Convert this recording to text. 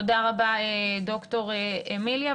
תודה רבה, ד"ר אמיליה.